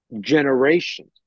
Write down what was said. generations